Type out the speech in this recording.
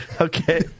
Okay